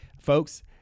folks